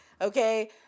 Okay